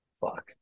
Fuck